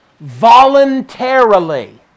voluntarily